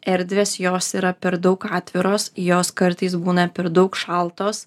erdvės jos yra per daug atviros jos kartais būna per daug šaltos